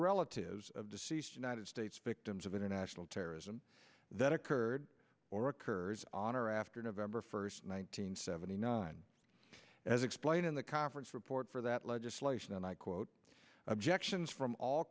relatives of deceased united states victims of international terrorism that occurred or occurs on or after november first one nine hundred seventy nine as explained in the conference report for that legislation and i quote objections from all